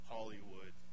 Hollywood